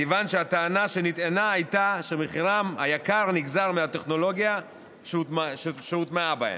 כיוון שהטענה שנטענה הייתה שמחירם היקר נגזר מהטכנולוגיה שהוטמעה בהם.